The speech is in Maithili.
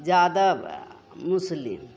यादब मुस्लिम